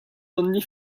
only